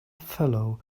fellow